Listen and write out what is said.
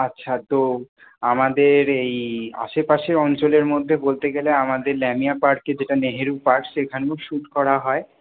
আচ্ছা তো আমাদের এই আশেপাশের অঞ্চলের মধ্যে বলতে গেলে আমাদের ল্যামিয়ার পার্ক যেটা নেহেরু পার্ক সেখানেও শুট করা হয়